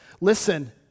listen